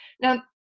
Now